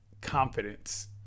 confidence